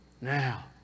Now